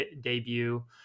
debut